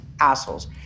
assholes